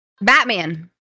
Batman